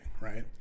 right